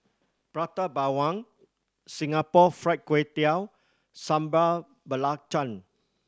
Prata Bawang Singapore Fried Kway Tiao Sambal Belacan